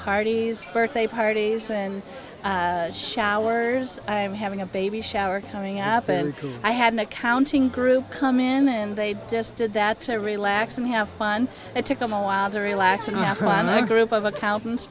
parties birthday parties and showers i'm having a baby shower coming up and i had an accounting group come in and they just did that to relax and have fun it took them a while to relax and have fun i had group of accountants